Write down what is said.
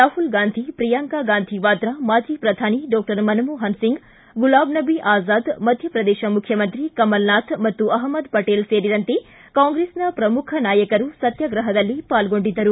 ರಾಪುಲ್ ಗಾಂಧಿ ಪ್ರಿಯಾಂಕ್ ಗಾಂಧಿ ವಾದ್ರಾ ಮಾಜಿ ಪ್ರಧಾನಿ ಡಾಕ್ಷರ್ ಮನಮೋಹನ್ ಸಿಂಗ್ ಗುಲಾಂ ನಬಿ ಆಜಾದ್ ಮಧ್ಯಪ್ರದೇಶ ಮುಖ್ಯಮಂತ್ರಿ ಕಮಲ್ ನಾಥ್ ಮತ್ತು ಅಪಮದ್ ಪಟೇಲ್ ಸೇರಿದಂತೆ ಕಾಂಗ್ರೆಸ್ನ ಪ್ರಮುಖ ನಾಯಕರು ಸತ್ತಾಗ್ರಹದಲ್ಲಿ ಪಾಲ್ಗೊಂಡಿದ್ದರು